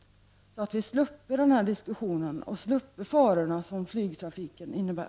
På det sättet skulle vi slippa både den här diskussionen och de faror som flygtrafiken innebär.